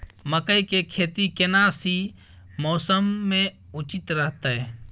मकई के खेती केना सी मौसम मे उचित रहतय?